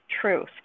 truth